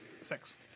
Six